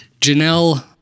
Janelle